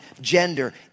gender